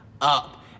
up